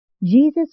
Jesus